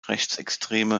rechtsextreme